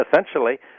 essentially